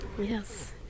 Yes